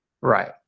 Right